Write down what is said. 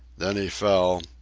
then he fell,